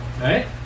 right